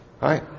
Hi